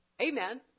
Amen